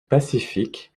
pacifique